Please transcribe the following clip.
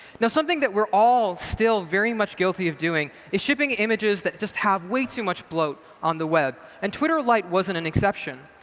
now something that we're all still very much guilty of doing is stripping images that just have way too much bloat on the web. and twitter lite wasn't an exception.